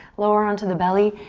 lower onto the belly.